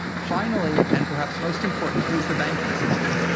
finally and perhaps most importantly is the banking system.